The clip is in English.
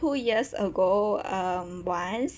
two years ago um once